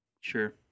sure